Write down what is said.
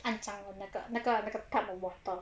肮脏的那个那个那个 tub of water